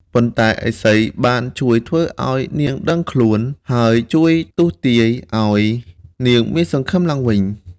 ប៉ុន្តែឥសីបានជួយធ្វើឱ្យនាងដឹងខ្លួន ហើយជួយទស្សន៍ទាយឱ្យនាងមានសង្ឃឹមឡើងវិញ។